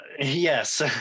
Yes